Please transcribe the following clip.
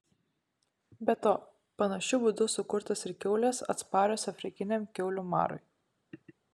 be to panašiu būdu sukurtos ir kiaulės atsparios afrikiniam kiaulių marui